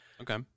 Okay